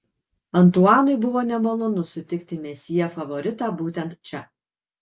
antuanui buvo nemalonu sutikti mesjė favoritą būtent čia